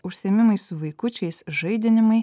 užsiėmimai su vaikučiais žaidinimai